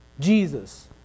Jesus